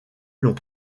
long